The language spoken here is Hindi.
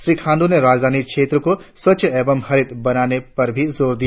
श्री खांडू ने राजधानी क्षेत्र को स्वच्छ एवं हरित बनाने पर भी जोर दिया